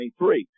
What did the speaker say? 2023